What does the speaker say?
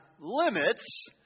limits